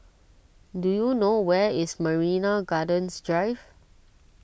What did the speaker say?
do you know where is Marina Gardens Drive